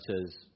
says